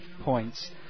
points